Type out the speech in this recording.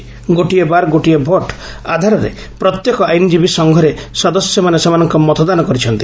'ଗୋଟିଏ ବାର୍ ଗୋଟିଏ ଭୋଟ୍' ଆଧାରରେ ପ୍ରତ୍ୟେକ ଆଇନଜୀବୀ ସଂଘରେ ସଦସ୍ୟମାନେ ସେମାନଙ୍କ ମତଦାନ କରିଛନ୍ତି